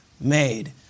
made